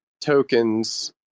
tokens